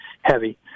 heavy